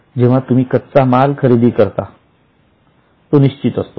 जेव्हा तुम्ही कच्चा माल खत खरेदी करता तो निश्चित असतो